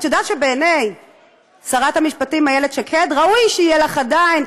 את יודעת שבעיני שרת המשפטים איילת שקד ראוי שיהיה לך עדיין,